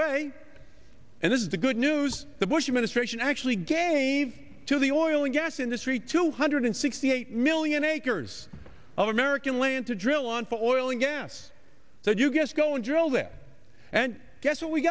way and this is the good news the bush administration actually gain to the oil and gas industry two hundred sixty eight million acres of american land to drill on for oil and gas that you guys go and drill there and guess what we